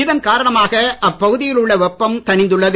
இதன் காரணமாக அப்பகுதியில் உள்ள வெப்பம் தணிந்துள்ளது